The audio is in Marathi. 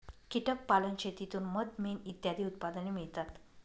कीटक पालन शेतीतून मध, मेण इत्यादी उत्पादने मिळतात